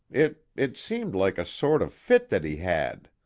it it seemed like a sort of fit that he had.